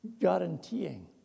guaranteeing